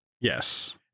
yes